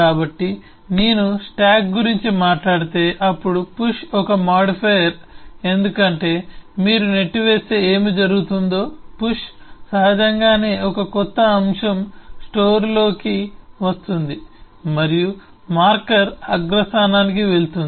కాబట్టి నేను స్టాక్ గురించి మాట్లాడితే అప్పుడు పుష్ ఒక మాడిఫైయర్ ఎందుకంటే మీరు నెట్టివేస్తే ఏమి జరుగుతుందో పుష్ సహజంగానే ఒక కొత్త అంశం స్టోర్లోకి వస్తుంది మరియు మార్కర్ అగ్ర స్థానానికి వెళ్తుంది